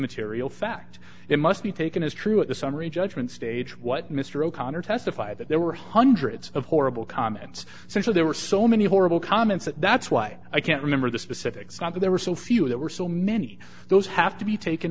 material fact it must be taken as true at the summary judgment stage what mr o'connor testified that there were hundreds of horrible comments so there were so many horrible comments that that's why i can't remember the specifics not that there were so few that were so many those have to be tak